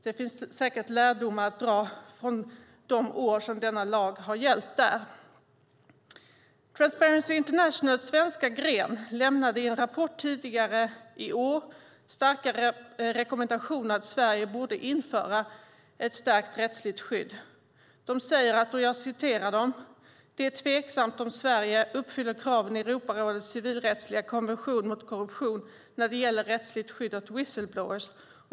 Det finns säkert lärdomar att dra från de år som denna lag har gällt där. Transparency Internationals svenska gren lämnade i en rapport tidigare i år starka rekommendationer om att Sverige borde införa ett stärkt rättsligt skydd. De säger: "Det är tveksamt om Sverige uppfyller kraven i Europarådets civilrättsliga konvention mot korruption när det gäller rättsligt skydd åt whistleblowers."